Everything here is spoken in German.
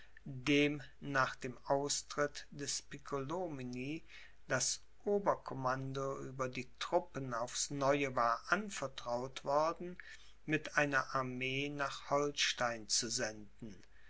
dem nach dem austritt des piccolomini das obercommando über die truppen aufs neue war anvertraut worden mit einer armee nach holstein zu senden